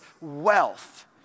wealth